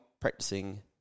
practicing